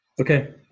Okay